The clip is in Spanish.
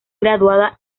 graduada